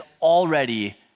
already